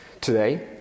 Today